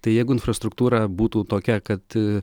tai jeigu infrastruktūra būtų tokia kad